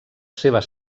seves